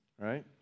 Right